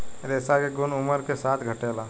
रेशा के गुन उमर के साथे घटेला